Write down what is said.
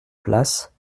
place